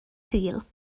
sul